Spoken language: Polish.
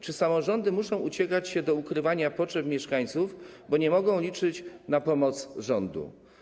Czy samorządy muszą uciekać się do ukrywania potrzeb mieszkańców, bo nie mogą liczyć na pomoc rządu?